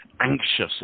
anxious